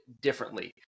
differently